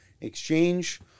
Exchange